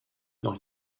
noch